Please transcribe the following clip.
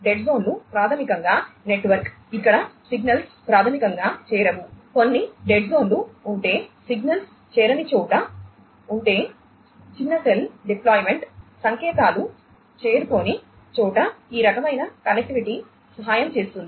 dead జోన్లు ప్రాథమికంగా network ఇక్కడ సిగ్నల్స్ ప్రాథమికంగా చేరవు కొన్ని డెడ్ జోన్లు ఉంటే సిగ్నల్స్ చేరని చోట ఉంటే చిన్న సెల్ డిప్లోయ్మెంట్ సంకేతాలు చేరుకోని చోట ఈ రకమైన కనెక్టివిటీ సహాయం చేస్తుంది